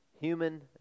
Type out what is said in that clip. human